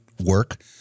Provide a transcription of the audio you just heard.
work